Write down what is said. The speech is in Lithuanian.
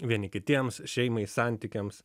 vieni kitiems šeimai santykiams